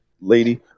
lady